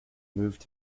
moved